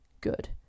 good